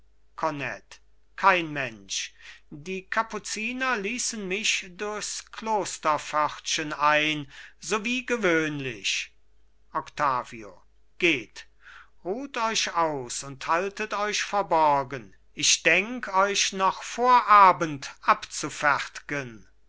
kornett kein mensch die kapuziner ließen mich durchs klosterpförtchen ein so wie gewöhnlich octavio geht ruht euch aus und haltet euch verborgen ich denk euch noch vor abend abzufertgen